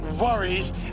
worries